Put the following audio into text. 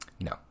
No